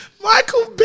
Michael